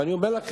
ואני אומר לכם,